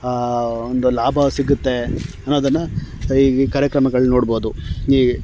ಒಂದು ಲಾಭ ಸಿಗುತ್ತೆ ಅನ್ನೋದನ್ನು ಈ ಕಾರ್ಯಕ್ರಮಗಳಲ್ಲಿ ನೋಡ್ಬೋದು ಈ